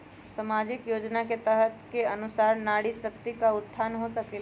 सामाजिक योजना के तहत के अनुशार नारी शकति का उत्थान हो सकील?